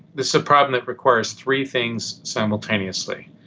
it's a problem that requires three things simultaneously.